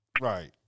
right